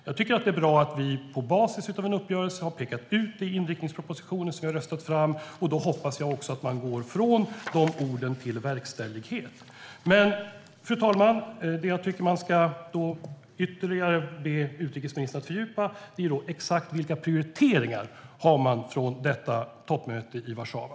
Jag tycker att det är bra att vi på basis av en uppgörelse har pekat ut det i inriktningspropositionen som vi har röstat fram. Jag hoppas att man går från de orden till verkställighet. Fru talman! Det jag tycker att man ska be utrikesministern att ytterligare fördjupa är exakt vilka prioriteringar man har inför detta toppmöte i Warszawa.